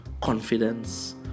confidence